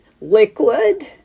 liquid